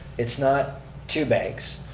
it's not two bags.